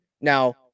Now